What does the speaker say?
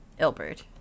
Ilbert